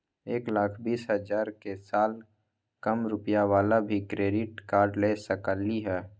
एक लाख बीस हजार के साल कम रुपयावाला भी क्रेडिट कार्ड ले सकली ह?